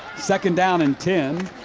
second down and ten.